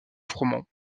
froment